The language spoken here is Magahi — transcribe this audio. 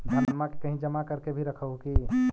धनमा के कहिं जमा कर के भी रख हू की?